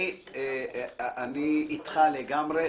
אני איתך לגמרי.